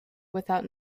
without